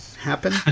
happen